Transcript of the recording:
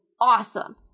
awesome